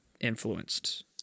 influenced